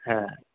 হ্যাঁ